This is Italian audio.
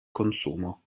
consumo